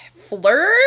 flirt